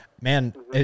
man